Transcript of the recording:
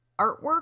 artwork